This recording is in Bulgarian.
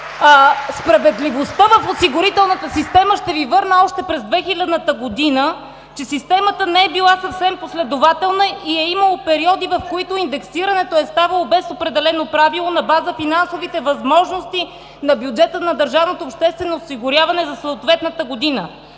справедливостта в осигурителната система, ще Ви върна още през 2000 г., че системата не е била съвсем последователна и е имало периоди, в които индексирането е ставало без определено правило на база на финансовите възможности на бюджета на държавното